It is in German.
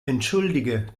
entschuldige